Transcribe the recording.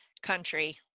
country